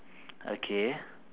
okay